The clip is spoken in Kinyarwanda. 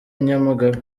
nyamagabe